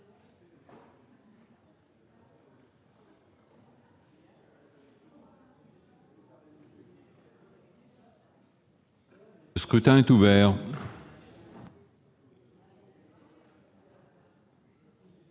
Le scrutin est ouvert.